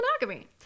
monogamy